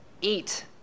Eat